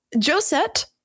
Josette